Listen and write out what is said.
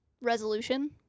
resolution